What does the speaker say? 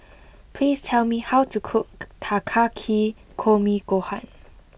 please tell me how to cook Takikomi Gohan